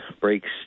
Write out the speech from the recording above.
breaks